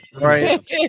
Right